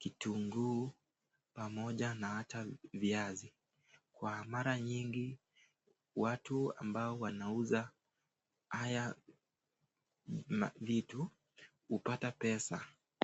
,vitunguu pamoja na hata viazi. Kwa mara nyingi watu wanao uza hizi mavitu hupata pesa.